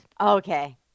Okay